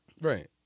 Right